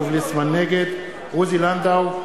נגד עוזי לנדאו,